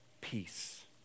peace